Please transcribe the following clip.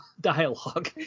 dialogue